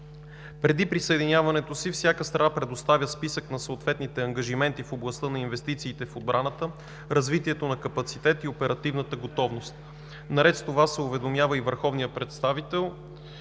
Преди присъединяването си всяка страна предоставя списък на съответните ангажименти в областта на инвестициите в отбраната, развитието на капацитета и оперативната готовност. Наред с това се уведомява и Върховният представител